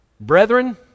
Brethren